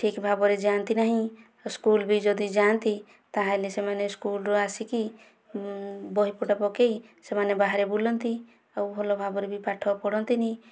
ଠିକ ଭାବରେ ଯାଆନ୍ତିନାହିଁ ସ୍କୁଲ ବି ଯଦି ଯାଆନ୍ତି ତା'ହେଲେ ସେମାନେ ସ୍କୁଲରୁ ଆସିକି ବହିପଟ ପକେଇ ସେମାନେ ବାହାରେ ବୁଲନ୍ତି ଆଉ ଭଲ ଭାବରେ ବି ପାଠ ପଢ଼ନ୍ତିନାହିଁ